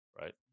right